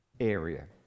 area